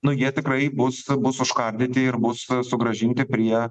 nu jie tikrai bus bus užkardyti ir bus sugrąžinti prie